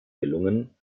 gelungen